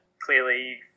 clearly